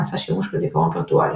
נעשה שימוש בזיכרון וירטואלי,